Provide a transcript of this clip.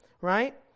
right